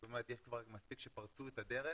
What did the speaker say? זאת אומרת יש כבר מספיק שפרצו את הדרך,